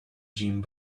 gin